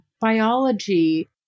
biology